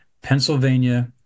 Pennsylvania